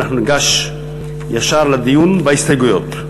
ואנחנו ניגש ישר לדיון בהסתייגויות.